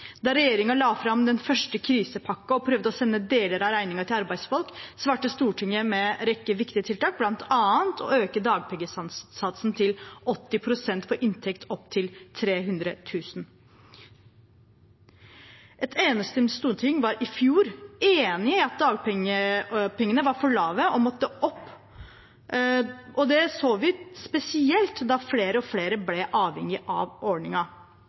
Da regjeringen la fram den første krisepakken og prøvde å sende deler av regningen til arbeidsfolk, svarte Stortinget med en rekke viktige tiltak, bl.a. å øke dagpengesatsen til 80 pst. for inntekt opptil 300 000 kr. Et enstemmig storting var i fjor enige om at dagpengene var for lave og måtte opp, og det så vi spesielt da flere og flere ble avhengige av